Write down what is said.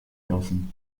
dozen